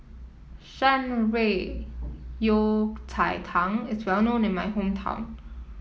Shan Rui Yao Cai Tang is well known in my hometown